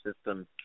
system